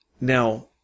Now